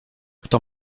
kto